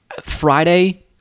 Friday